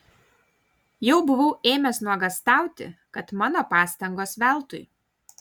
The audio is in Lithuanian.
jau buvau ėmęs nuogąstauti kad mano pastangos veltui